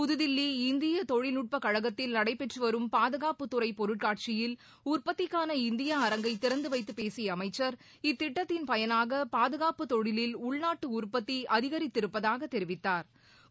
புதுதில்லி இந்திய தொழில்நுட்பகழகத்தில் நடைபெற்று வரும் பாதுகாப்புத்துறை பொருட்காட்சியில் உற்பத்திக்கான இந்தியா அரங்கை திறந்து வைத்து பேசிய அமைச்சர் இத்திட்டத்தின் பயனாக பாதுகாப்பு தொழிலில் உள்நாட்டு உற்பத்தி அதிகரித்திருப்பதாக தெரிவித்தாா்